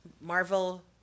marvel